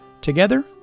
together